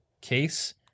case